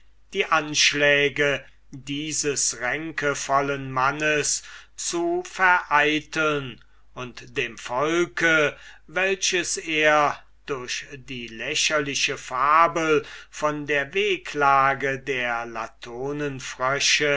die anschläge dieses ränkevollen mannes zu vereiteln und dem volke welches er durch die lächerliche fabel von der wehklage der